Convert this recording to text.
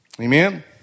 Amen